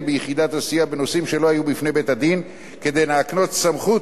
ביחידת הסיוע בנושאים שלא היו בפני בית-הדין כדי להקנות סמכות